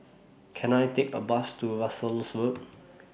Can I Take A Bus to Russels Road